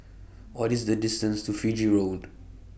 What IS The distance to Fiji Road